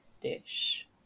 dish